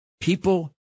People